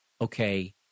okay